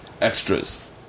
extras